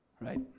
Right